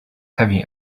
heavy